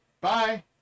Bye